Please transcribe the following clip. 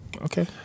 Okay